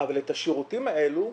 אבל את השירותים האלו,